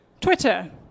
Twitter